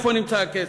איפה נמצא הכסף.